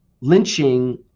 lynching